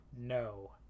No